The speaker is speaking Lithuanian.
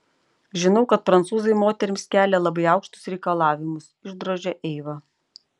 žinau kad prancūzai moterims kelia labai aukštus reikalavimus išdrožė eiva